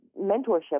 mentorship